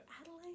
Adelaide